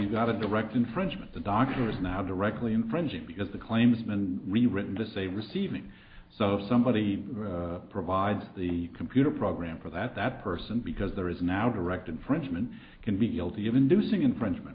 you've got a direct infringement the doctors now directly infringing because the claims then rewritten the same receiving so somebody provides the computer program for that that person because there is now direct infringement can be guilty of inducing infringement